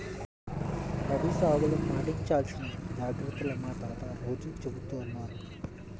రబీ సాగులో పాటించాల్సిన జాగర్తలను మా తాత రోజూ చెబుతున్నారు